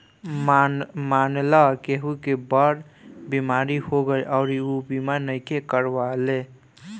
मानल केहु के बड़ बीमारी हो गईल अउरी ऊ बीमा नइखे करवले